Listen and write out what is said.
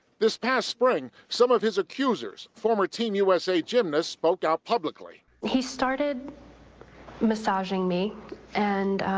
this past spring, some of his accusers, form ah team usa gymnast, spoke out publicly. he started massaging me and